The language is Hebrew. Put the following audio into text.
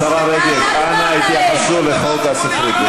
השרה רגב, אנא התייחסו לחוק הספרות.